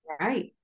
Right